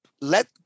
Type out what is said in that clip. Let